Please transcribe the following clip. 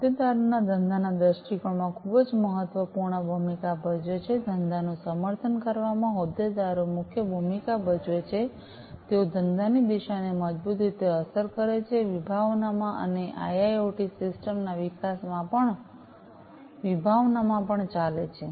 હોદેદારો ધંધાના દૃષ્ટિકોણમાં ખૂબ જ મહત્વપૂર્ણ ભૂમિકા ભજવે છે ધંધાનું સમર્થન કરવામાં હોદેદારો મુખ્ય ભૂમિકા ભજવે છે તેઓ ધંધાની દિશાને મજબૂત રીતે અસર કરે છે વિભાવનામાં અને આઇઆઇઓટી સિસ્ટમ્સ ના વિકાસમાં વિભાવનામાં પણ ચાલે છે